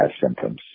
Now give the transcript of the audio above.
symptoms